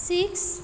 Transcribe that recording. six